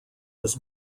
was